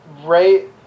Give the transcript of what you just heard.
right